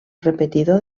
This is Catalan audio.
repetidor